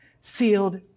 sealed